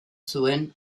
zuen